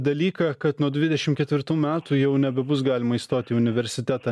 dalyką kad nuo dvidešim ketvirtų metų jau nebebus galima įstot į universitetą